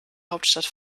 hauptstadt